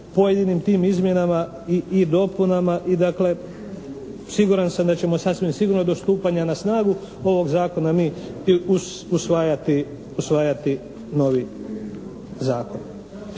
pojedinim tim izmjenama i dopunama. I dakle, siguran sam da ćemo sasvim sigurno do stupanja na snagu ovoga zakona mi usvajati novi zakon.